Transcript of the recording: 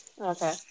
Okay